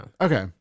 Okay